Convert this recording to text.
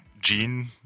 Gene